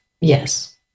Yes